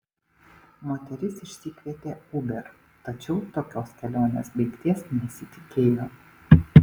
moteris išsikvietė uber tačiau tokios kelionės baigties nesitikėjo